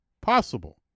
possible